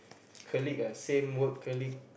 colleague ah same work colleague